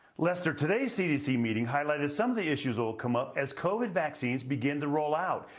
lester, today's cdc meeting highlighted some of the issues that will come up as covid vaccines begin to roll out.